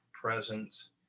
presence